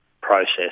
process